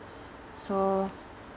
so